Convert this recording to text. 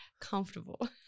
comfortable